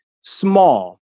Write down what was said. small